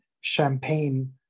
champagne